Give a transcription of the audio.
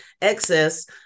excess